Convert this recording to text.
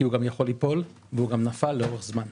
כי הוא גם יכול ליפול והוא גם נפל לאורך זמן,